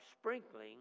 sprinkling